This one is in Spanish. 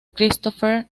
christopher